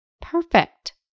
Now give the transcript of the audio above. Perfect